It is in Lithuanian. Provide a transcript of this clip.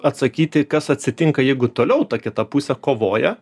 atsakyti kas atsitinka jeigu toliau ta kita pusė kovoja